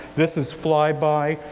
this is fly-by,